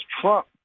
Trump